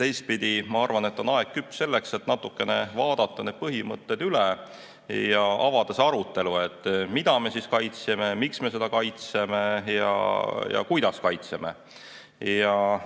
Teistpidi, ma arvan, on aeg küps selleks, et natukene vaadata need põhimõtted üle ja avada see arutelu, mida me kaitseme, miks me kaitseme ja kuidas me kaitseme.